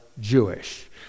Jewish